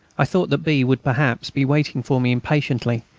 i thought that b. would perhaps be waiting for me impatiently,